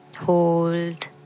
hold